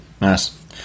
Nice